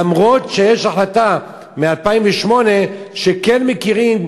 אף-על-פי שיש החלטה מ-2008 שכן מכירים